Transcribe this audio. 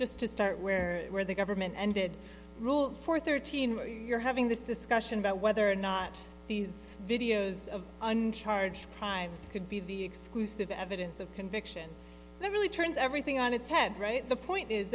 just to start where where the government ended rule for thirteen you're having this discussion about whether or not these videos of uncharged crimes could be the exclusive evidence of conviction that really turns everything on its head right the point is